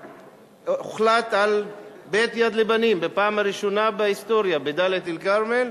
הוחלט גם על בית "יד לבנים" בפעם הראשונה בהיסטוריה בדאלית-אל-כרמל,